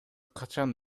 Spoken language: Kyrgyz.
качан